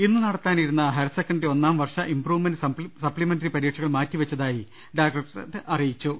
ഇന്ന് നടത്താനിരുന്ന higher secondary ഒന്നാംവർഷ ഇംപ്രൂ വ്മെന്റ് സപ്തിമെന്ററി പരീക്ഷകൾ മാറ്റിവെച്ചതായി ഡയറക്ടർ അറി യിച്ചു